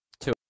two